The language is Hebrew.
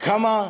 כמה אנשים,